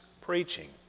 preaching